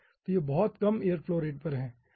तो यह बहुत कम एयर फ्लो रेट पर है